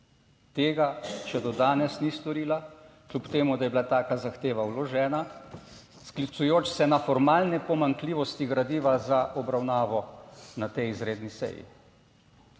Tega še do danes ni storila, kljub temu, da je bila taka zahteva vložena, sklicujoč se na formalne pomanjkljivosti gradiva za obravnavo na tej izredni seji.